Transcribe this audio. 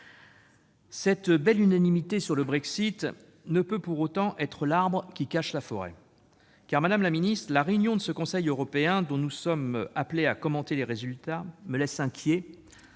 Cette belle unanimité sur le Brexit ne peut, pour autant, être l'arbre qui cache la forêt. En effet, madame la secrétaire d'État, la réunion du Conseil européen dont nous sommes invités à commenter les résultats me laisse inquiet,